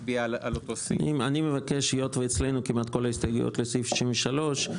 היות שאצלנו כמעט כל ההסתייגויות לסעיף 63,